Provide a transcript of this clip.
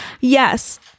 Yes